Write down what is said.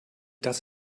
das